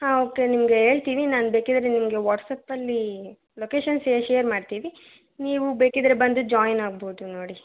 ಹಾಂ ಓಕೆ ನಿಮಗೆ ಹೇಳ್ತೀವಿ ನಾನು ಬೇಕಿದ್ರೆ ನಿಮಗೆ ವಾಟ್ಸ್ಯಪ್ಪಲ್ಲಿ ಲೊಕೇಶನ್ ಶ್ ಶೇರ್ ಮಾಡ್ತೀವಿ ನೀವು ಬೇಕಿದ್ದರೆ ಬಂದು ಜಾಯ್ನ್ ಆಗ್ಬೋದು ನೋಡಿ